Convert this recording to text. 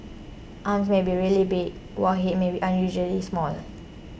arms may be really big while head may be unusually small